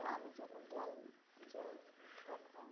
তো আমি যখন জাল দিতে যাই তখন